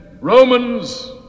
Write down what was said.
romans